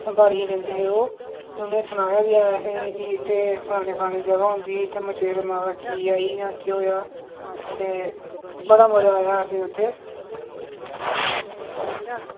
संभालियै लैंदे हे ओ फ्ही उ'नै सनाया बी ऐ असें कि इत्थै फलानी फलानी जगह् होंदी ही इत्थै मचेल माता गी आई जां केह् होएआ ते बड़ा मजा आया असें उत्थै